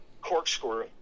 corkscrew